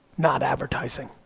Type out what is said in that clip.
not advertising.